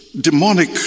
demonic